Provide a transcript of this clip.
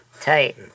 Tight